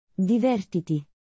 Divertiti